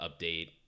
update